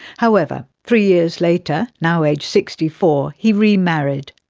however, three years later, now aged sixty four, he remarried.